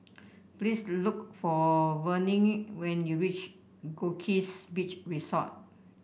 please look for Vernie when you reach Goldkist Beach Resort